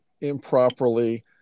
improperly